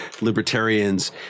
libertarians